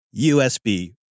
USB